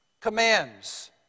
commands